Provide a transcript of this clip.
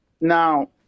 Now